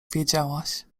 wiedziałaś